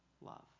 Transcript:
love